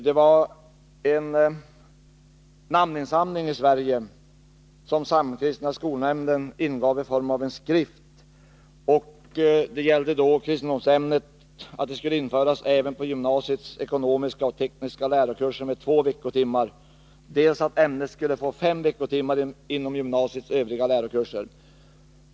Det var en namninsamling i Sverige som Samkristna skolnämnden ingav i form av en skrivelse. Det gällde då dels att kristendomsämnet skulle införas även på gymnasiets ekonomiska och tekniska lärokurser med två veckotimmar, dels att ämnet skulle få fem veckotimmar inom gymnasiets övriga lärokurser.